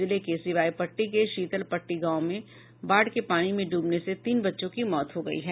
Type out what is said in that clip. जिले के सिवायपट्टी के शीतल पट्टी गाँव मे बाढ़ के पानी में डूबने से तीन बच्चों की मौत हो गयी है